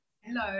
Hello